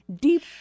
deep